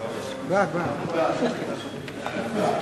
2009. ההצעה להעביר את הצעת חוק התקשורת (בזק ושידורים)